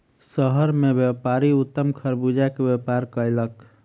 शहर मे व्यापारी उत्तम खरबूजा के व्यापार कयलक